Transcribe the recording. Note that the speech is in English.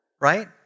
right